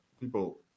people